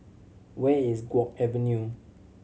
where is Guok Avenue